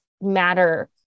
matter